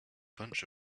bunch